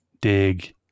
dig